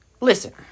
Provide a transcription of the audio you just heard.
Listen